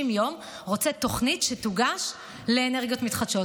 יום רוצה שתוגש תוכנית לאנרגיות מתחדשות.